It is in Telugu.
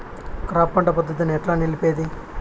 క్రాప్ పంట పద్ధతిని ఎట్లా నిలిపేది?